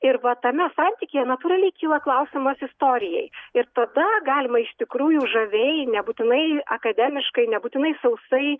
ir va tame santykyje natūraliai kyla klausimas istorijai ir tada galima iš tikrųjų žaviai nebūtinai akademiškai nebūtinai sausai